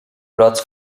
plots